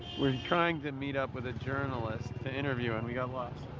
were trying to meet up with a journalist to interview, and we got lost.